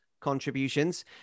contributions